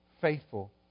faithful